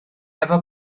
efo